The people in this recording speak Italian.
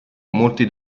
molti